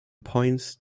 points